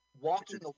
walking